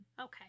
Okay